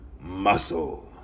muscle